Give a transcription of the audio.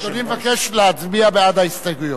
אדוני מבקש להצביע בעד ההסתייגויות?